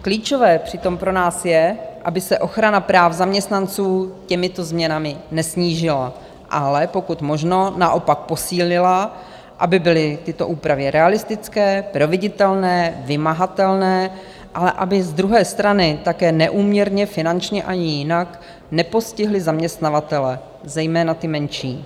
Klíčové přitom pro nás je, aby se ochrana práv zaměstnanců těmito změnami nesnížila, ale pokud možno naopak posílila, aby byly tyto úpravy realistické, proveditelné, vymahatelné, ale aby z druhé strany také neúměrně finančně ani jinak nepostihly zaměstnavatele, zejména ty menší.